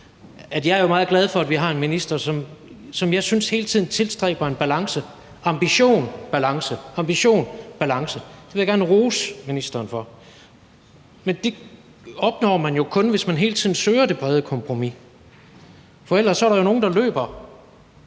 europaudvalgsmøder – at vi har en minister, som jeg synes hele tiden tilstræber en balance: ambition-balance, ambition-balance. Det vil jeg gerne rose ministeren for. Men det opnår man jo kun, hvis man hele tiden søger det brede kompromis, for ellers er der nogle, der løber